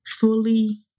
fully